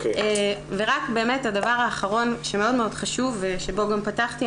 הדבר האחרון שמאוד מאוד חשוב ובו גם פתחתי,